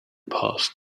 passed